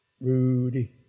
Rudy